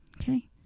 Okay